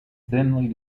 thinly